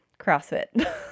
CrossFit